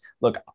look